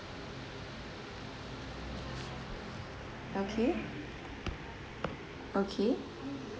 okay okay